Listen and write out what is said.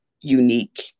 unique